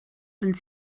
sind